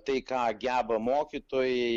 tai ką geba mokytojai